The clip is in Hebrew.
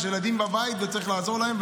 יש ילדים בבית וצריך לעזור להם.